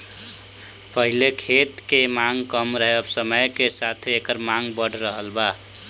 पहिले खेत के मांग कम रहे अब समय के साथे एकर मांग बढ़ रहल बा